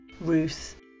Ruth